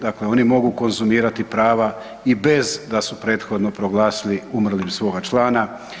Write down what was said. Dakle, oni mogu konzumirati prava i bez da su prethodno proglasili umrlim svoga člana.